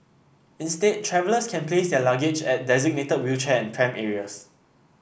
instead travellers can place their luggage at designated wheelchair and pram areas